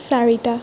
চাৰিটা